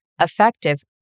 effective